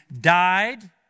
died